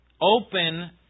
open